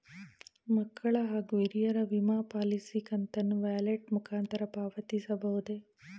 ಮಕ್ಕಳ ಹಾಗೂ ಹಿರಿಯರ ವಿಮಾ ಪಾಲಿಸಿ ಕಂತನ್ನು ವ್ಯಾಲೆಟ್ ಮುಖಾಂತರ ಪಾವತಿಸಬಹುದೇ?